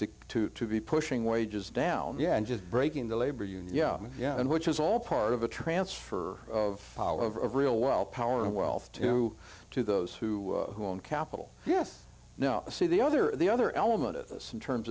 to to to be pushing wages down yeah and just breaking the labor union yeah yeah and which is all part of a transfer of power over a real well power of wealth to to those who who own capital yes no see the other the other element of some terms